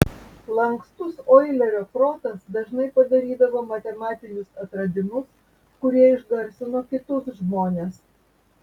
lankstus oilerio protas dažnai padarydavo matematinius atradimus kurie išgarsino kitus žmones